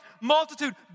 multitude